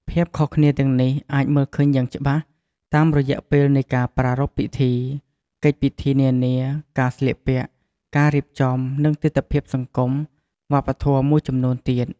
ភាពខុសគ្នាទាំងនេះអាចមើលឃើញយ៉ាងច្បាស់តាមរយៈពេលនៃការប្រារព្ធពិធី កិច្ចពិធីនានា ការស្លៀកពាក់ ការរៀបចំ និងទិដ្ឋភាពសង្គម វប្បធម៌មួយចំនួនទៀត។